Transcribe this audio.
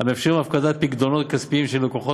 המאפשרים הפקדת פיקדונות כספיים של לקוחות